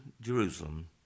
Jerusalem